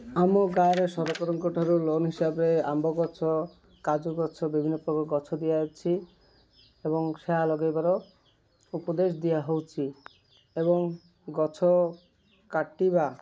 ଆମ ଗାଁରେ ସରକାରଙ୍କ ଠାରୁ ଲୋନ୍ ହିସାବରେ ଆମ୍ବ ଗଛ କାଜୁ ଗଛ ବିଭିନ୍ନ ପ୍ରକାର ଗଛ ଦିଆଯାଉଛି ଏବଂ ସେ ଲଗେଇବାର ଉପଦେଶ ଦିଆ ହଉଛି ଏବଂ ଗଛ କାଟିବା